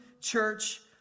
church